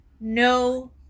no